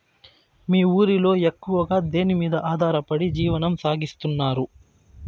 మీ ఊరిలో ఎక్కువగా దేనిమీద ఆధారపడి జీవనం సాగిస్తున్నారు?